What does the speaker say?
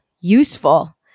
useful